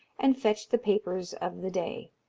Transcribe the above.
and fetched the papers of the day.